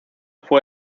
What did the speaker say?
fue